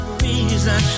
reason